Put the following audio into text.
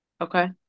Okay